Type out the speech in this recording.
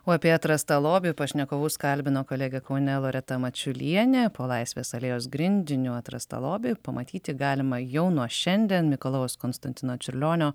o apie atrastą lobį pašnekovus kalbino kolegė kaune loreta mačiulienė po laisvės alėjos grindiniu atrastą lobį pamatyti galima jau nuo šiandien mikalojaus konstantino čiurlionio